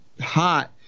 hot